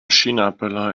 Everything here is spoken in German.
chinaböller